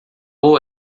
vou